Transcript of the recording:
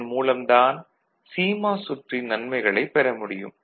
இதன் மூலம் தான் சிமாஸ் சுற்றின் நன்மைகளைப் பெற முடியும்